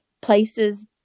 places